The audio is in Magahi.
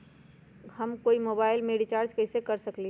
हम कोई मोबाईल में रिचार्ज कईसे कर सकली ह?